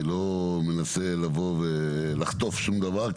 אני לא מנסה לבוא ולחטוף שום דבר,